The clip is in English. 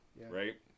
right